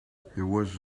was